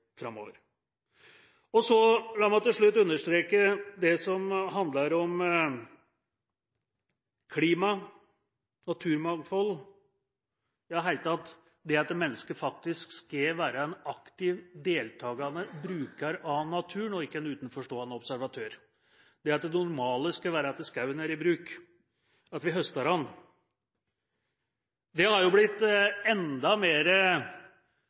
La meg til slutt understreke det som handler om klima, naturmangfold, ja, i det hele tatt det at mennesket faktisk skal være en aktiv, deltakende bruker av naturen og ikke en utenforstående observatør, at det normale skal være at skogen er i bruk, at vi høster av den. Det har blitt enda